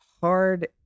hard